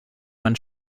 man